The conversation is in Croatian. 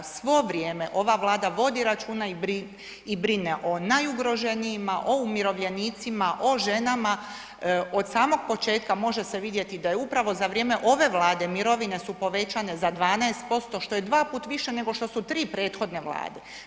Svo vrijeme ova Vlada vodi računa i brine o najugroženijima, o umirovljenicima, o ženama, od samog početka može se vidjeti da je upravo za vrijeme ove Vlade mirovine su povećane za 12%, što je 2 puta više nego što su 3 prethodne vlade.